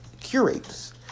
curates